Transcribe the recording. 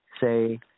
se